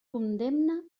condemna